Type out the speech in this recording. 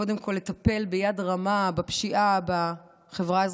קודם כול לטפל ביד רמה בפשיעה בחברה האזרחית,